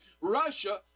Russia